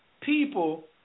people